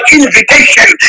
invitation